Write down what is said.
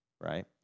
right